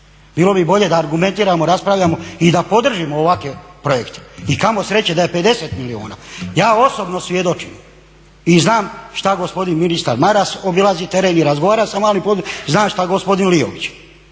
Bilo bi bolje da argumentiramo, raspravljamo i da podržimo ovakve projekte. I kamo sreće da je 50 milijuna. Ja osobno svjedočim i znam šta gospodin ministar Maras obilazi teren i razgovara sa malim poduzetnicima, znam šta gospodin Liović